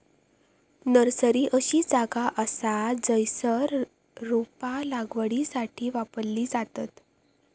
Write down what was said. nursery अशी जागा असा जयसर रोपा लागवडीसाठी वापरली जातत